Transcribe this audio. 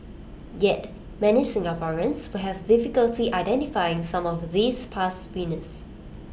yet many Singaporeans will have difficulty identifying some of these past winners